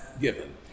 given